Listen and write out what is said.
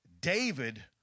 David